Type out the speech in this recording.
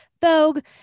Vogue